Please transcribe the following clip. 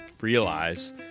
realize